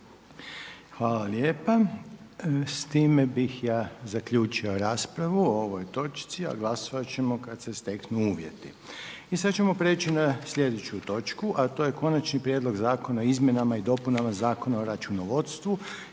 Hvala lijepa. S time bih ja zaključio raspravu o ovoj točci, a glasovat ćemo kada se steknu uvjeti. **Petrov, Božo (MOST)** Sljedeća točka je Konačni prijedlog Zakona o izmjenama i dopunama Zakona o državnoj